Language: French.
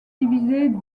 diffusée